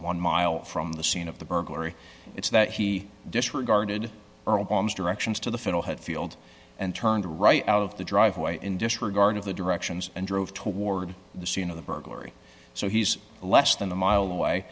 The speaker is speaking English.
one mile from the scene of the burglary it's that he disregarded obama's directions to the fiddlehead field and turned right out of the driveway in disregard of the directions and drove toward the scene of the burglary so he's less than a mile away